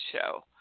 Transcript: show